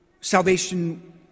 salvation